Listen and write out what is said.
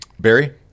Barry